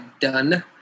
done